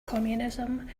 communism